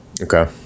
okay